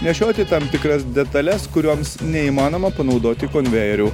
nešioti tam tikras detales kurioms neįmanoma panaudoti konvejerių